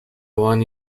one